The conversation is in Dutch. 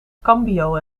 cambio